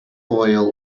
oil